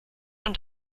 und